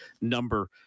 number